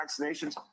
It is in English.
vaccinations